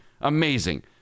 amazing